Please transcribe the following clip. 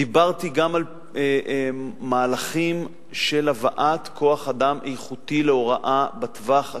דיברתי גם על מהלכים של הבאת כוח-אדם איכותי להוראה בטווח הקצר,